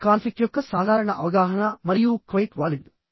ఇది కాన్ఫ్లిక్ట్ యొక్క సాధారణ అవగాహన మరియు క్వైట్ వాలిడ్